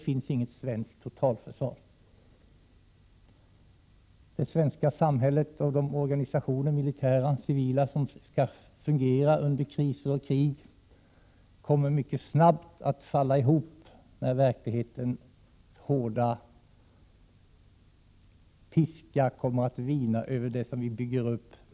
Det svenska samhället och de militära och civila organisationer som skall fungera under kriser och krig kommer mycket snabbt att falla ihop när verklighetens hårda piska viner.